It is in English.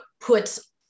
puts